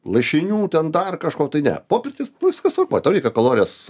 lašinių ten dar kažko tai ne po pirties nu viskas tvarkoj tau reikia kalorijas